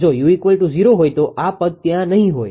જો u૦ હોય તો આ પદ ત્યાં નહીં હોય